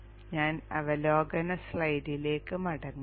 ഞാൻ അവലോകന സ്ലൈഡിലേക്ക് മടങ്ങട്ടെ